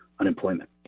unemployment